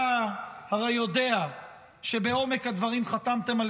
אתה הרי יודע שבעומק הדברים חתמתם על